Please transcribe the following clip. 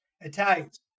Italians